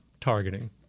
targeting